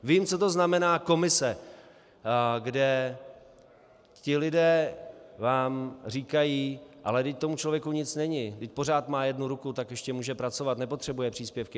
Vím, co to znamená komise, kde ti lidé vám říkají, ale vždyť tomu člověku nic není, vždyť pořád má jednu ruku, tak ještě může pracovat, nepotřebuje příspěvky.